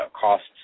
costs